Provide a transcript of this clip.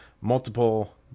multiple